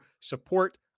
support